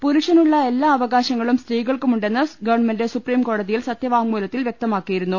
പുരുഷനുളള എല്ലാ അവകാശങ്ങളും സ്ത്രീകൾക്കു മുണ്ടെന്ന് ഗവൺമെന്റ് സുപ്രീംകോടതിയിൽ സത്യവാ ങ്മൂലത്തിൽ വൃക്തമാക്കിയിരുന്നു